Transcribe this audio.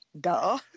duh